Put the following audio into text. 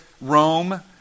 Rome